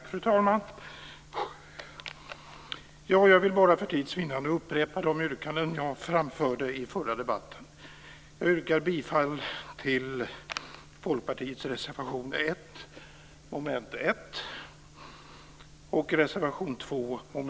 Fru talman! Jag vill bara för tids vinnande upprepa de yrkanden jag framförde i förra debatten. Jag yrkar bifall till Folkpartiets reservation 1 under mom.